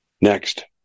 next